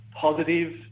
positive